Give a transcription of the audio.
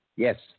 Yes